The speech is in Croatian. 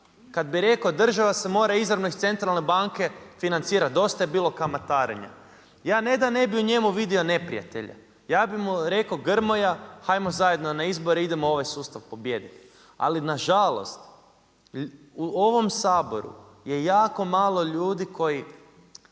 kad bi rekao država se mora izravno iz centralne banke financirat, dosta je bilo kamatarenja, ja ne da ne bi u njemu vidio neprijatelja, ja bi mu rekao Grmoja, ajmo zajedno na izbore, idemo ovaj sustav pobijedit. Ali nažalost, u ovom Saboru je jako malo ljudi koji